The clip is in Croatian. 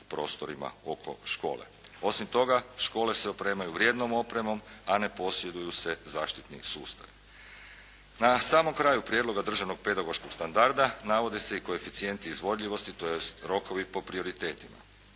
prostorima oko škole. Osim toga, škole se opremaju vrijednom opremom, a ne posjeduju se zaštitni sustavi. Na samom kraju Prijedloga državnog pedagoškog standarda navode se i koeficijenti izvodljivosti tj. rokovi po prioritetima.